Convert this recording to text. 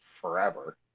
forever